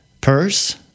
Purse